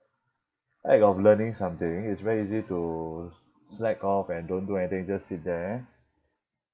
act of learning something it's very easy to slack off and don't do anything just sit there